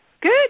Good